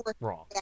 wrong